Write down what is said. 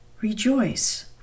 Rejoice